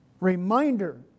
reminder